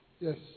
Yes